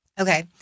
Okay